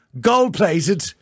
gold-plated